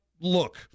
look